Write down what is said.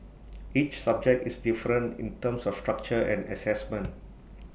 each subject is different in terms of structure and Assessment